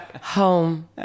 Home